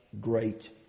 great